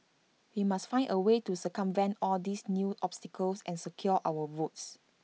we must find A way to circumvent all these new obstacles and secure our votes